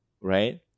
Right